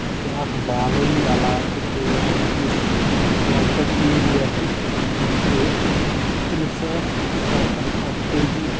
یہِ چھُ اکھ بالٲیی علاقہٕ تہٕ اَمیُک یُس لگ بگ ایریا چھُ سُہ چھُ ترٕٛہ ساس سَتھ ہَتھ تہٕ اَکہٕ تٲجی